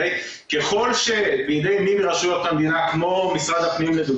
גם משיקולים של שוויוניות ותחרות הוחלט לצאת למכרז חדש ונבחר זכיין חדש,